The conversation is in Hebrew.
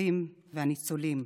הנספים והניצולים,